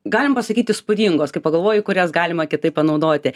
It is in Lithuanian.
galima pasakyt įspūdingos kai pagalvoji kur jas galima kitaip panaudoti